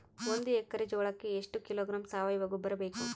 ಒಂದು ಎಕ್ಕರೆ ಜೋಳಕ್ಕೆ ಎಷ್ಟು ಕಿಲೋಗ್ರಾಂ ಸಾವಯುವ ಗೊಬ್ಬರ ಬೇಕು?